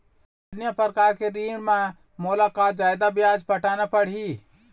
अन्य प्रकार के ऋण म मोला का जादा ब्याज पटाना पड़ही?